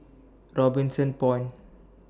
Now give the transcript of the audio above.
Robinson Point